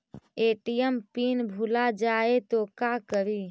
ATM pin भुला जाए तो का करी?